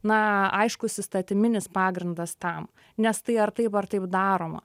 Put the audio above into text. na aiškus įstatyminis pagrindas tam nes tai ar taip ar taip daroma